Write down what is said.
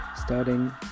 starting